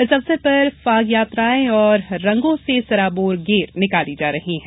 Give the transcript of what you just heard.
इस अवसर पर फाग यात्राएं और रंगों से सराबोर गेर निकाली जा रहीं है